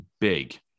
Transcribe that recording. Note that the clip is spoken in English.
big